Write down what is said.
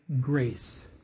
Grace